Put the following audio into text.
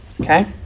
Okay